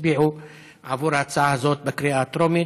הצביעו עבור ההצעה הזאת בקריאה הטרומית,